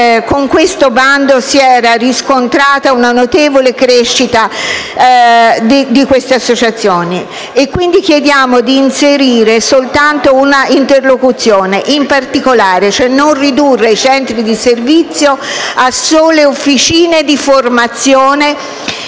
con quel bando si era riscontrata una notevole crescita di queste associazioni. Chiediamo, quindi, di inserire soltanto la locuzione «in particolare» per non ridurre i centri di servizio a mere officine di formazione,